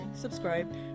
subscribe